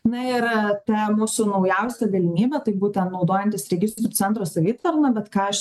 na ir ta mūsų naujausia galimybė tai būtent naudojantis registrų centro savitarna bet ką aš